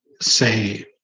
say